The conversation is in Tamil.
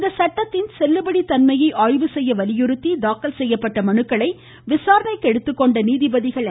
இந்த சட்டத்தின் செல்லுபடி தன்மையை ஆய்வு செய்ய வலியுறுத்தி தாக்கல் செய்யப்பட்ட மனுக்களை விசாரணைக்கு எடுத்துக்கொண்ட நீதிபதிகள் என்